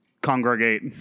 congregate